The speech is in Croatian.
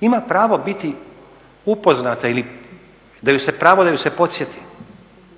ima pravo biti upoznata ili da joj se pravo da se